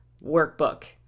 workbook